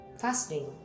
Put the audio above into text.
fasting